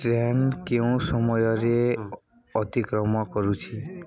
train କେଉଁ ସମୟରେ ଅତିକ୍ରମ କରୁଛି